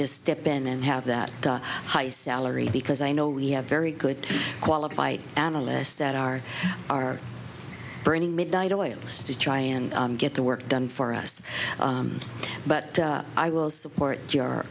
just step in and have that high salary because i know you have very good qualified analysts that are are burning midnight oil this to try and get the work done for us but i will support your